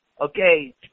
okay